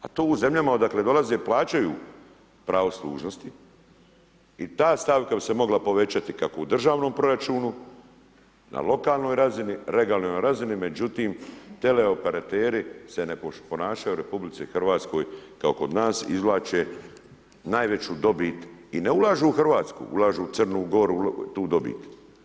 A to u zemljama, odakle dolaze plaćaju pravo služnosti i ta stavka bi se mogla povećati kako u državnom proračunu, na lokalnoj razini, regionalnoj razini, međutim, teleoperateri se ne ponašaju u RH kao kod nas i izvlače najveću dobi i ne ulažu u Hrvatsku, ulažu u Crnu Goru tu dobit.